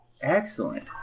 Excellent